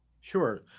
Sure